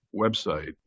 website